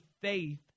faith